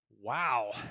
Wow